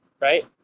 Right